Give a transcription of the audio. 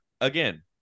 again